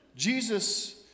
Jesus